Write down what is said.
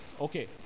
Okay